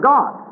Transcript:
God